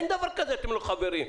אין דבר כזה אתם לא חברים.